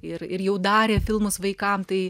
ir ir jau darė filmus vaikam tai